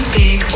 big